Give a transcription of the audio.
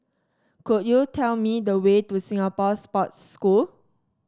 could you tell me the way to Singapore Sports School